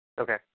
Okay